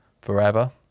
forever